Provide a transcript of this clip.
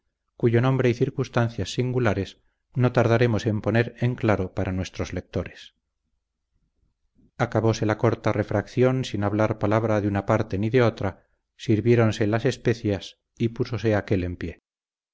cuyo nombre y circunstancias singulares no tardaremos en poner en claro para nuestros lectores acabóse la corta refacción sin hablar palabra de una parte ni de otra sirviéronse las especias y púsose aquél en